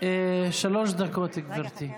שלוש דקות, גברתי.